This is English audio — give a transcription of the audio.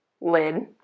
lid